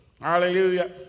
Hallelujah